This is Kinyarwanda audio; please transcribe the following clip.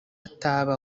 ataba